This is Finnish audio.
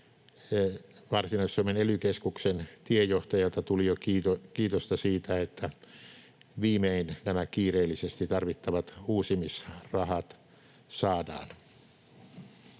Varsinais-Suomen ely-keskuksen tiejohtajalta tuli jo kiitosta siitä, että viimein saadaan nämä kiireellisesti tarvittavat uusimisrahat.